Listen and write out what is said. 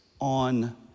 on